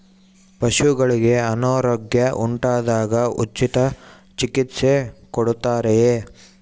ಪಶುಗಳಿಗೆ ಅನಾರೋಗ್ಯ ಉಂಟಾದಾಗ ಉಚಿತ ಚಿಕಿತ್ಸೆ ಕೊಡುತ್ತಾರೆಯೇ?